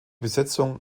besetzung